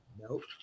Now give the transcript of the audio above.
Nope